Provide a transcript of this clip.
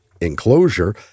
enclosure